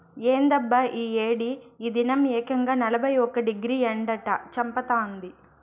ఏందబ్బా ఈ ఏడి ఈ దినం ఏకంగా నలభై ఒక్క డిగ్రీ ఎండట చంపతాంది